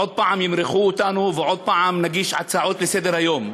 עוד פעם ימרחו אותנו ועוד פעם נגיש הצעות לסדר-היום.